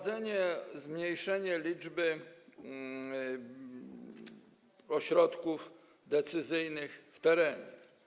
Zmniejszenie liczby ośrodków decyzyjnych w terenie.